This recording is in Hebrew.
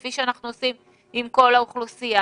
כפי שאנחנו עושים עם כל האוכלוסייה,